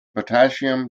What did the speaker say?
potassium